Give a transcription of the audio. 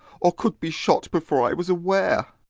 or could be shot before i was aware!